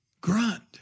Grunt